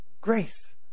Grace